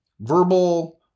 verbal